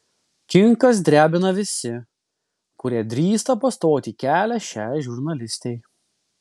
kinkas drebina visi kurie drįsta pastoti kelią šiai žurnalistei